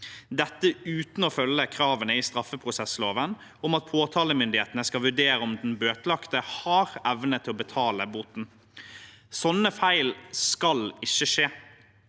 at man har fulgt kravene i straffeprosessloven om at påtalemyndighetene skal vurdere om den bøtelagte har evne til å betale boten. Sånne feil skal ikke skje.